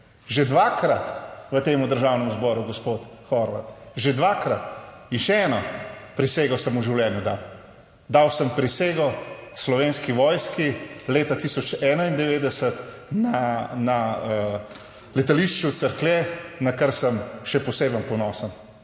Že dvakrat v tem Državnem zboru, gospod Horvat, že dvakrat. In še eno prisego sem v življenju dal, dal sem prisego Slovenski vojski leta 1091 na letališču Cerklje, na kar sem še posebej ponosen.